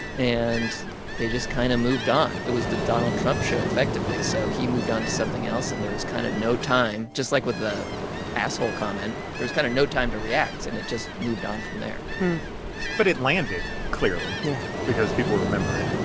and they just kind of moved on. it was the donald trump show effectively. so he moved on to something else and there was kind of no time, just like with the asshole comment, there was kind of no time to react and it just moved on from there but it landed, clearly, yeah because people remember it